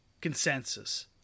consensus